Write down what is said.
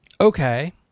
Okay